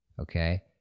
okay